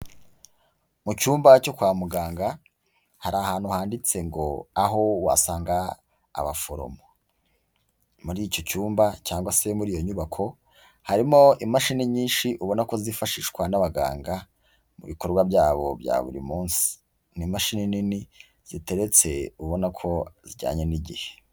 Mu cyumba cyo kwa muganga, hari ahantu handitse ngo, aho wasanga abaforomo. Muri icyo cyumba cyangwa se muri iyo nyubako, harimo imashini nyinshi, ubona ko zifashishwa n'abaganga, mu bikorwa byabo bya buri munsi. Ni imashini nini ziteretse ubona ko zijyanye n'igihe.